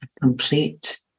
complete